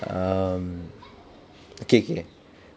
um okay K